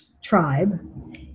tribe